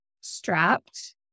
strapped